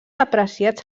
apreciats